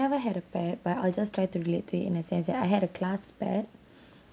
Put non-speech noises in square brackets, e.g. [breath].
had a pet but I'll just try to relate to in a sense that I had a class pet [breath]